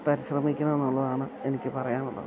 പരിശ്രമിക്കണമെന്നുള്ളതാണ് എനിക്ക് പറയാനുള്ളത്